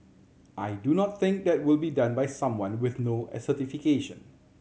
I do not think that will be done by someone with no certification